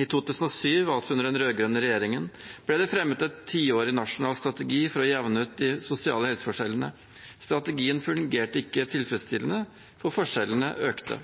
I 2007, altså under den rød-grønne regjeringen, ble det fremmet en tiårig nasjonal strategi for å jevne ut de sosiale helseforskjellene. Strategien fungerte ikke tilfredsstillende, for forskjellene økte.